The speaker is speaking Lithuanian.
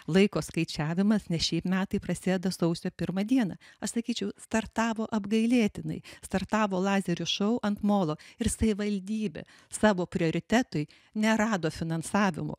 laiko skaičiavimas nes šiaip metai prasideda sausio pirmą dieną aš sakyčiau startavo apgailėtinai startavo lazerių šou ant molo ir savivaldybė savo prioritetui nerado finansavimo